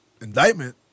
indictment